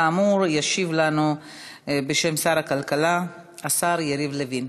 כאמור, ישיב לנו בשם שר הכלכלה השר יריב לוין.